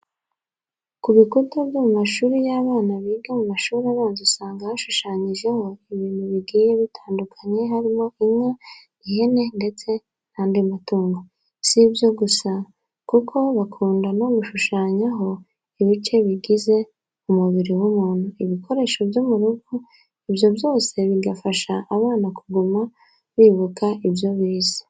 Ku bikuta byo ku mashuri y'abana biga mu mashuri abanza usanga hashushanyijeho ibintu bigiye bitandukanye harimo inka, ihene ndetse n'andi matungo. Si ibyo gusa kuko bakunda no gushushanyaho ibice bigize umubiri w'umuntu, ibikoresho byo mu rugo, ibyo byose bigafasha abana kuguma bibuka ibyo bize.